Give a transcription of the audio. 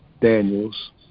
Daniels